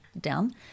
down